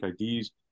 IDs